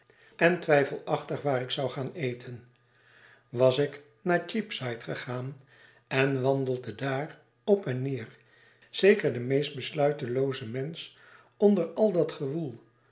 en twijfelachtig waar ik zou gaan eten was ik naar cheapside gegaan en wandelde daar op en neer zeker de meest besluitelooze mensch onder al dat gewoel